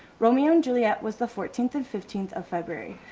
romeo and juliet was the fourteenth and fifteenth of february,